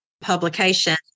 publication